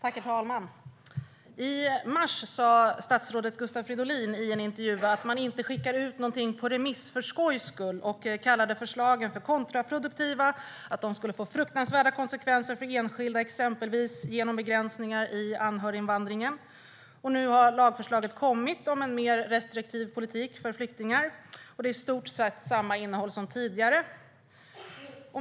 Herr talman! I mars sa statsrådet Gustav Fridolin i en intervju att man inte skickar ut något på remiss för skojs skull. Han kallade förslagen för kontraproduktiva och sa att de skulle få fruktansvärda konsekvenser för enskilda, exempelvis genom begränsningar i anhöriginvandringen. Nu har lagförslaget om en mer restriktiv politik för flyktingar kommit. Det är i stort sett samma innehåll som tidigare.